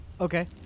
Okay